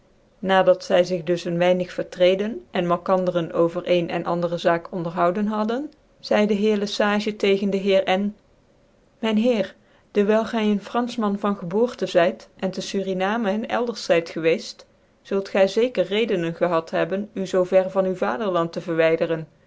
nadat zy zig dus een weinig vcrtrccdcn cn malkandcrcn over een cn andere zaken onderhouden hadden zy de heer lc sage tegens de heer myn heer dcwyl gy een fransan van geboorte zyt cn te surinamcn cn elders zyt gcwcclt zult gy zeker redenen gehad hebben u zo ver van u vaderland te verwyderen